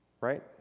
right